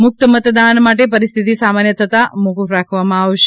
મુક્ત મતદાન માટે પરિસ્થિતિ સામાન્ય થતા મોફ્ફ રાખવામાં આવ શે